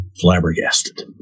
Flabbergasted